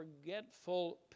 forgetful